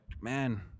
man